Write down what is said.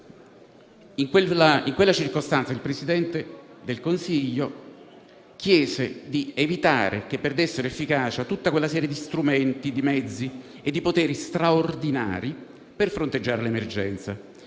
In quella circostanza il Presidente del Consiglio chiese di evitare che perdessero efficacia tutta quella serie di strumenti, di mezzi e di poteri straordinari per fronteggiare l'emergenza,